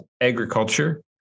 agriculture